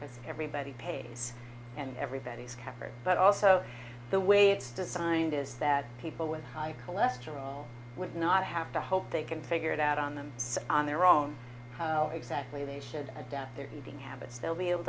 because everybody pays and everybody's covered but also the way it's designed is that people with high cholesterol would not have to hope they can figure it out on them on their own how exactly they should adapt their eating habits they'll be able